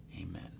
Amen